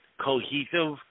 cohesive